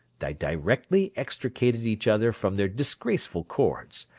they directly extricated each other from their disgraceful cords,